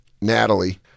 Natalie